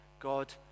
God